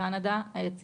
לקנדה למשל,